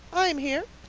i am here.